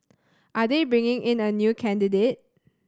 are they bringing in a new candidate